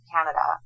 Canada